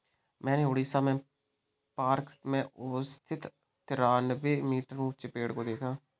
मैंने उड़ीसा में पार्क में स्थित तिरानवे मीटर ऊंचे पेड़ को देखा है